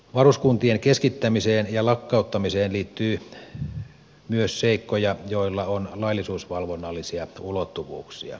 varuskuntien keskittämiseen ja lakkauttamiseen liittyy myös seikkoja joilla on laillisuusvalvonnallisia ulottuvuuksia